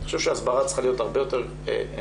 אני חושב שהסברה צריכה להיות הרבה יותר משמעותית